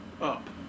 up